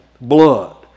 blood